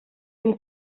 hem